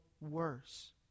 worse